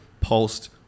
pulsed